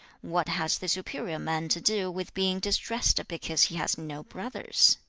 what has the superior man to do with being distressed because he has no brothers